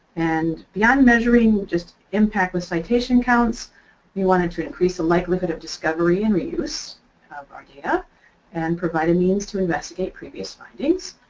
and beyond measuring just impact with citation counts we wanted to increase the likelihood of discovery and reuse of our data yeah and provide a means to investigate previous findings.